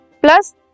plus